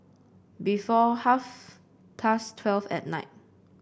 before half past twelve at night